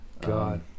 God